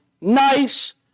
nice